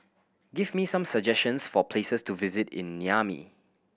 give me some suggestions for places to visit in Niamey